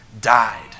died